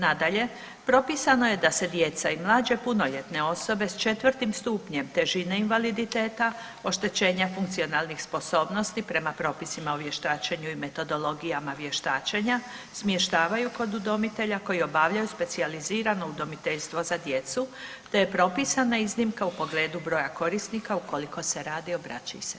Nadalje, propisano je da se djeca i mlađe punoljetne osobe s 4. stupnjem težine invaliditeta, oštećenja funkcionalnih sposobnosti prema propisima o vještačenju i metodologijama vještačenja, smještavaju kod udomitelja koji obavljaju specijalizirano udomiteljstvo za djecu te je propisana iznimka u pogledu broja korisnika ukoliko se radi o braći i sestrama.